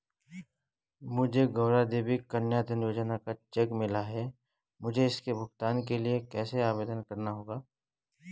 मुझे गौरा देवी कन्या धन योजना का चेक मिला है मुझे इसके भुगतान के लिए कैसे आवेदन करना होगा?